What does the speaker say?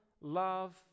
love